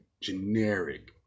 Generic